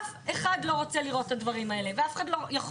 אף אחד לא רוצה לראות את הדברים האלה ואף אחד לא יכול